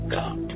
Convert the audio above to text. God